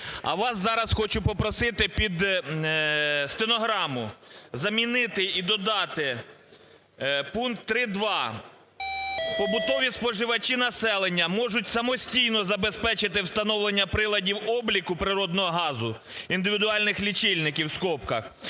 А вас зараз хочу попросити під стенограму замінити і додати пункт 3.2: "Побутові споживачі населення можуть самостійно забезпечити встановлення приладів обліку природного газу (індивідуальних лічильників), в скобках,